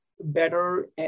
better